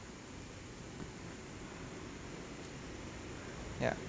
ya